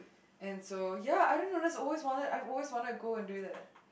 and so ya I dunno I always wanted I always wanted to go there do that